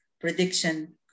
prediction